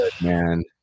Man